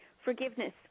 Forgiveness